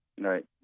Right